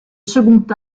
second